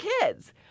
kids